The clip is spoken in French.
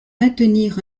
maintenir